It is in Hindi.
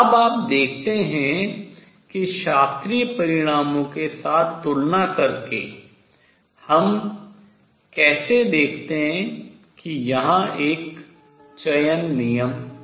अब आप देखते हैं कि शास्त्रीय परिणामों के साथ तुलना करके हम कैसे देखते हैं कि यहां एक चयन नियम है